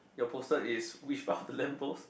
your poster is which part of the lamp post